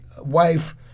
wife